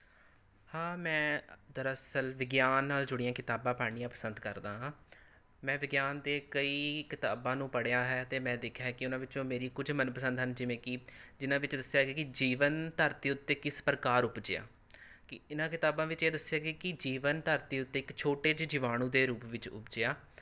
ਹਾਂ ਮੈਂ ਦਰਅਸਲ ਵਿਗਿਆਨ ਨਾਲ ਜੁੜੀਆਂ ਕਿਤਾਬਾਂ ਪੜ੍ਹਨੀਆਂ ਪਸੰਦ ਕਰਦਾ ਹਾਂ ਮੈਂ ਵਿਗਿਆਨ ਦੇ ਕਈ ਕਿਤਾਬਾਂ ਨੂੰ ਪੜ੍ਹਿਆ ਹੈ ਅਤੇ ਮੈਂ ਦੇਖਿਆ ਹੈ ਕਿ ਉਹਨਾਂ ਵਿੱਚੋਂ ਮੇਰੀ ਕੁਝ ਮਨਪਸੰਦ ਹਨ ਜਿਵੇਂ ਕਿ ਜਿਨ੍ਹਾਂ ਵਿੱਚ ਦੱਸਿਆ ਗਿਆ ਕਿ ਜੀਵਨ ਧਰਤੀ ਉੱਤੇ ਕਿਸ ਪ੍ਰਕਾਰ ਉਪਜਿਆ ਕਿ ਇਹਨਾਂ ਕਿਤਾਬਾਂ ਵਿੱਚ ਇਹ ਦੱਸਿਆ ਗਿਆ ਕਿ ਜੀਵਨ ਧਰਤੀ ਉੱਤੇ ਇੱਕ ਛੋਟੇ ਜਿਹੇ ਜੀਵਾਣੂ ਦੇ ਰੂਪ ਵਿੱਚ ਉਪਜਿਆ